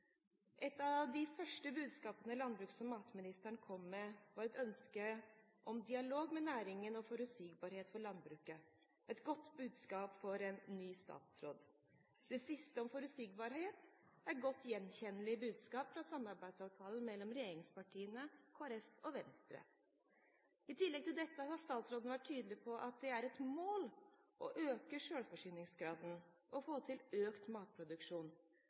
Et av de første budskapene som landbruks- og matministeren kom med, var et ønske om dialog med næringen og forutsigbarhet for landbruket – et godt budskap for en ny statsråd. Det siste om forutsigbarhet er et godt gjenkjennelig budskap fra samarbeidsavtalen mellom regjeringspartiene og Kristelig Folkeparti og Venstre. I tillegg til dette har statsråden vært tydelig på at det er et mål å øke selvforsyningsgraden og få til økt matproduksjon.